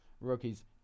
rookies